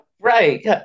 right